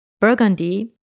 Burgundy